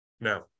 now